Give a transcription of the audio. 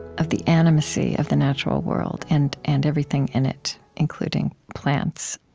of the animacy of the natural world and and everything in it, including plants,